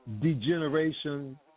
degeneration